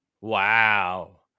Wow